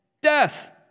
Death